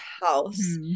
house